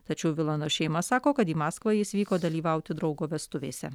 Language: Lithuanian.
tačiau vilono šeima sako kad į maskvą jis vyko dalyvauti draugo vestuvėse